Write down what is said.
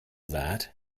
that